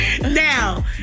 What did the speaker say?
Now